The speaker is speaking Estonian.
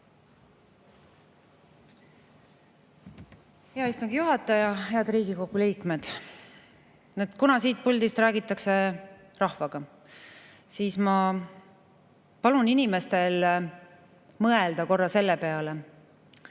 Hea istungi juhataja! Head Riigikogu liikmed! Kuna siit puldist räägitakse rahvaga, siis ma palun inimestel mõelda korra selle peale,